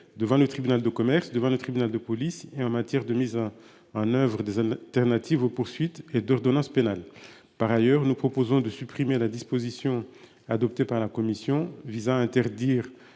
devant le tribunal de commerce, devant le tribunal de police et en matière de mise en, en oeuvre des alternatives aux poursuites et d'ordonnance pénale. Par ailleurs, nous proposons de supprimer la disposition adoptée par la Commission visant à interdire